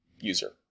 user